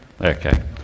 Okay